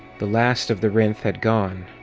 the last of the rhynth had gone.